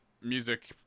music